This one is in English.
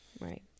Right